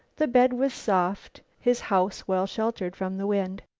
the bed was soft, his house well sheltered from the wind.